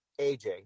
AJ